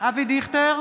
אבי דיכטר,